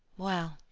well,